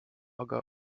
aga